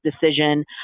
decision